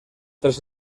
tres